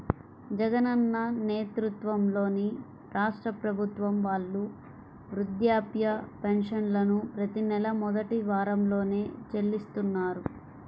జగనన్న నేతృత్వంలోని రాష్ట్ర ప్రభుత్వం వాళ్ళు వృద్ధాప్య పెన్షన్లను ప్రతి నెలా మొదటి వారంలోనే చెల్లిస్తున్నారు